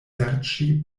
serĉi